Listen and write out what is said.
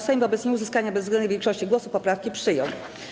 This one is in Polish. Sejm wobec nieuzyskania bezwzględnej większości głosów poprawki przyjął.